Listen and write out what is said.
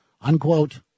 unquote